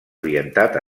orientat